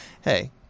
hey